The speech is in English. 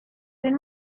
been